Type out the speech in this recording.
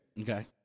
Okay